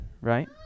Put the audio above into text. right